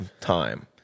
time